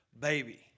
baby